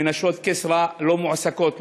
80% מנשות כסרא לא מועסקות,